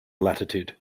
latitude